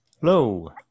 Hello